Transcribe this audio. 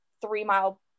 three-mile